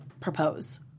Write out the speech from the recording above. propose